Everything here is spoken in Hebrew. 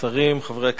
שרים, חברי הכנסת,